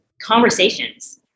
conversations